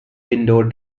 indoor